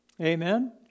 Amen